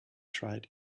tried